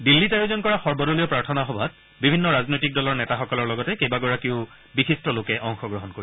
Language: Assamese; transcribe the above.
দিল্লীত আয়োজন কৰা সৰ্বদলীয় প্ৰাৰ্থনা সভাত বিভিন্ন ৰাজনৈতিক দলৰ নেতাসকলৰ লগতে কেইবাগৰাকী বিশিষ্ট লোকে অংশগ্ৰহণ কৰিব